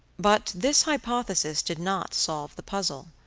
but this hypothesis did not solve the puzzle.